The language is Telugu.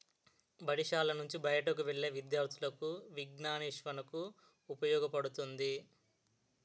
బడిశాల నుంచి బయటకు వెళ్లే విద్యార్థులకు విజ్ఞానాన్వేషణకు ఉపయోగపడుతుంది